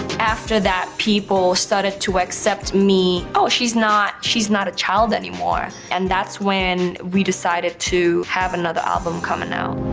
after that, people started to accept me. oh, she's not she's not a child anymore. and that's when we decided to have another album coming out.